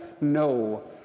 No